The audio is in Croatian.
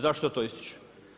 Zašto to ističem?